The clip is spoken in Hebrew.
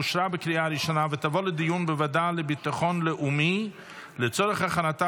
לוועדה לביטחון לאומי נתקבלה.